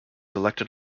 elected